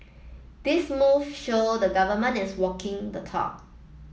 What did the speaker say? these moves show the Government is walking the talk